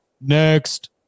next